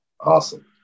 Awesome